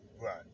Right